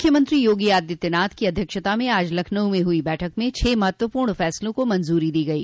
मुख्यमंत्री योगी आदित्यनाथ की अध्यक्षता में आज लखनऊ में हुई बैठक में छह महत्वपर्ण फैसलों को मंजूरी दी गयी